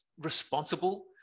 responsible